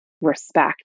respect